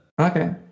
Okay